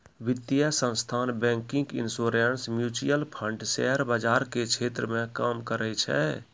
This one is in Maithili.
वित्तीय संस्थान banking insurance mutual fund share बाजार के क्षेत्र मे काम करै छै